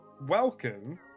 Welcome